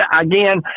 Again